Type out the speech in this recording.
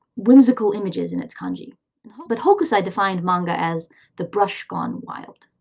whimsical images, in its kanji but hokusai defined manga as the brush gone wild.